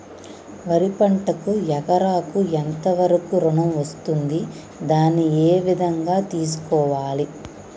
వరి పంటకు ఎకరాకు ఎంత వరకు ఋణం వస్తుంది దాన్ని ఏ విధంగా తెలుసుకోవాలి?